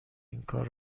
اینکار